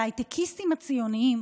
וההייטיקסטים הציונים,